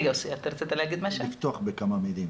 אני מבקש לפתוח בכמה מילים.